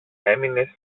έμεινε